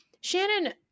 Shannon